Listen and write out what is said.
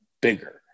bigger